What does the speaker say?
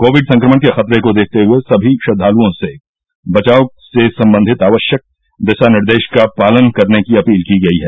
Covid संक्रमण के खतरे को देखते हुये समी श्रद्वालुओं से बचाव से सम्बन्धित आवश्यक दिशा निर्देश का पालन करने की अपील की गयी है